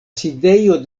sidejo